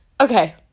Okay